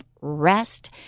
rest